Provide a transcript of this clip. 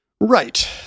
right